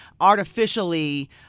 artificially